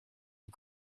you